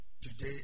today